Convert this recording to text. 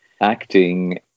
Acting